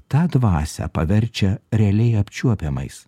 tą dvasią paverčia realiai apčiuopiamais